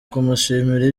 kumushimira